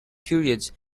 periods